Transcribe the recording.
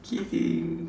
kidding